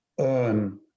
earn